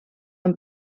amb